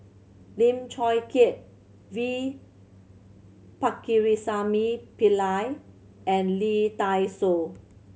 Lim Chong Keat V Pakirisamy Pillai and Lee Dai Soh